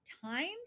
times